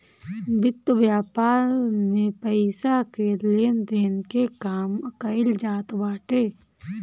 वित्त व्यापार में पईसा के लेन देन के काम कईल जात बाटे